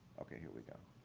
okay, here we go.